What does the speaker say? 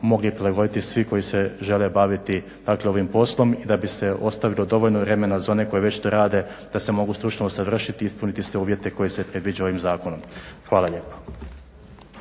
mogli prilagoditi svi koji se žele baviti dakle ovim poslom, i da bi se ostavilo dovoljno vremena za one koji već to rade da se mogu stručno usavršiti i ispuniti sve uvjete koji se predviđaju ovim zakonom. Hvala lijepo.